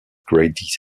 great